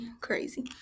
crazy